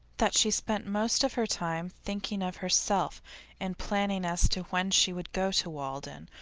that she spent most of her time thinking of herself and planning as to when she would go to walden,